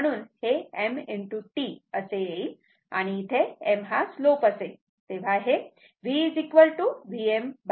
म्हणून हे m T असे येईल आणि इथे m हा स्लोप असेल व v VmT4 असे आहे